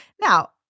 Now